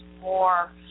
more